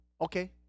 Okay